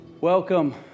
Welcome